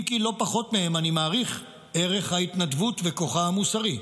אם כי לא פחות מהם אני מעריך ערך ההתנדבות וכוחה המוסרי.